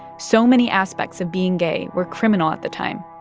so many aspects of being gay were criminal at the time.